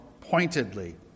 pointedly